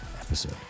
episode